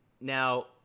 now